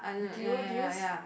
do you do you s~